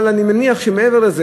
אבל אני מניח שמעבר לזה,